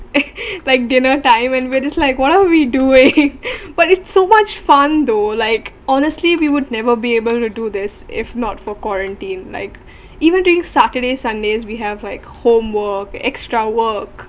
like dinner time and we're just like what are we doing but it's so much fun though like honestly we would never be able to do this if not for quarantine like even during Saturdays Sundays we have like homework extra work